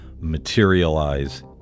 materialize